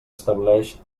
estableix